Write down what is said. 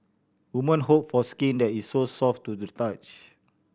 woman hope for skin that is so soft to the touch